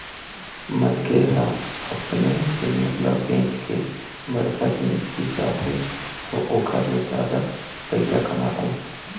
मनखे ह अपने जिनिस ल बेंच के बड़का जिनिस बिसाथे अउ ओखर ले जादा पइसा कमाथे